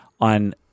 on